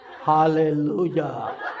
Hallelujah